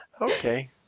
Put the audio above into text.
Okay